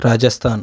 Rajasthan